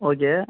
okay